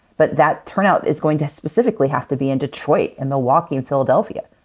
but that turnout is going to specifically have to be in detroit, and milwaukee, and philadelphia.